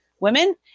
women